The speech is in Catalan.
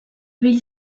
vell